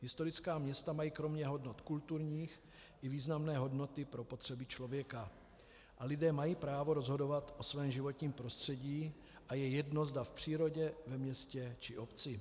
Historická města mají kromě hodnot kulturních i významné hodnoty pro potřeby člověka a lidé mají právo rozhodovat o svém životním prostředí, a je jedno, zda v přírodě, ve městě, či obci.